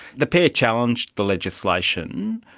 the pair challenged the legislation.